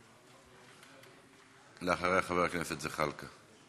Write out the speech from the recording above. לאחריה, חבר הכנסת זחאלקה.